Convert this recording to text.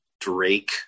Drake